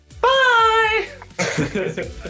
bye